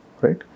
right